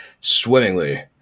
swimmingly